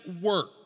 work